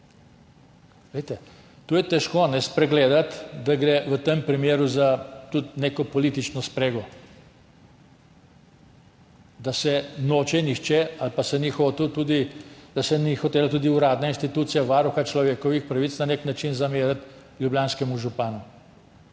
Tu je težko spregledati, da gre v tem primeru tudi za neko politično sprego, da se noče nihče ali pa se ni hotel, da se ni hotela tudi uradna institucija Varuha človekovih pravic na nek način zameriti ljubljanskemu županu.